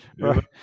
right